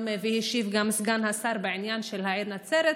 והשיב סגן השר בעניין של העיר נצרת.